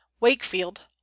Wakefield